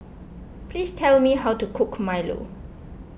please tell me how to cook Milo